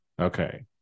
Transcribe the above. Okay